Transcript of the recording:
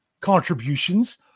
contributions